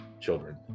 children